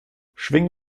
schwing